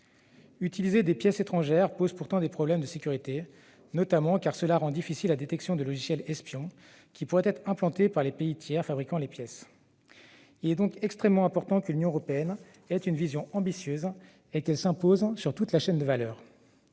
Utiliser des pièces étrangères pose pourtant des problèmes de sécurité, car cela rend difficile la détection de logiciels espions qui pourraient être implantés par les pays tiers fabriquant ces pièces. Il est donc extrêmement important que l'Union européenne ait une vision ambitieuse et qu'elle s'impose sur toute la chaîne de valeur.